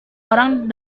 orang